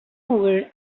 over